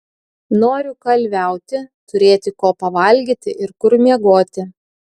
noriu kalviauti turėti ko pavalgyti ir kur miegoti